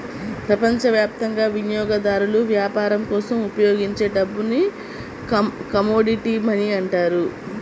ప్రపంచవ్యాప్తంగా వినియోగదారులు వ్యాపారం కోసం ఉపయోగించే డబ్బుని కమోడిటీ మనీ అంటారు